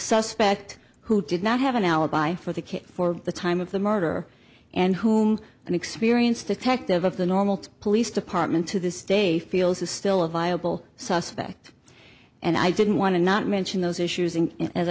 suspect who did not have an alibi for the case for the time of the murder and whom an experienced detective of the normal police department to this day feels is still a viable suspect and i didn't want to not mention those issues a